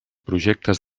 projectes